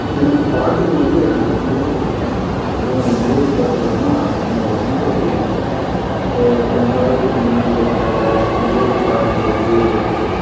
எனக்கு பாட்டுகள் வந்து எனக்கு ரொம்ப ரொம்ப பிடிக்கும் அதுவும் மெலோடி பாட்டுகள்னா எனக்கு ரொம்ப பிரியம் இப்போ கொஞ்சம் காலத்துக்கு முன்னாடி வந்த மெலோடி பாடல் வந்து